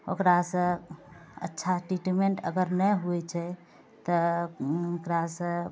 ओकरासँ अच्छा ट्रीटमेन्ट अगर नहि होइ छै तऽ ओकरासँ